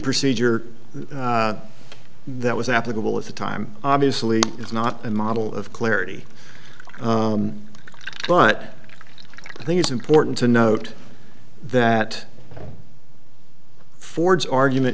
procedure that was applicable at the time obviously is not a model of clarity but i think it's important to note that ford's argument